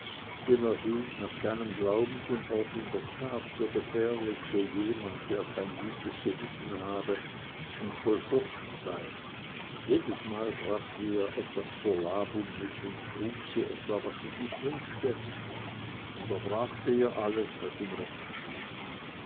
hielt nach seinem glauben den ort für in der tat gefährlich für jemand der kein gutes gewissen habe und voll furcht sei jedesmal brachte er ihr etwas zur labung mit und frug sie etwa was sie sich wünschte und er brachte ihr alles was ihm recht schien